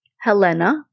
Helena